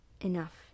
enough